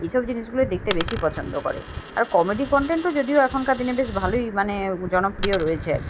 এই সব জিনিসগুলোই দেখতে বেশি পছন্দ করে আর কমেডি কনটেন্টও যদিও এখনকার দিনে বেশ ভালোই মানে জনপ্রিয় রয়েছে আর কী